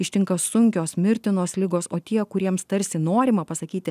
ištinka sunkios mirtinos ligos o tie kuriems tarsi norima pasakyti